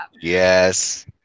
yes